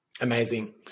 amazing